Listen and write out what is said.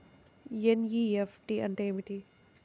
NEFT అంటే ఏమిటి?